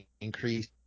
increase